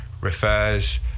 refers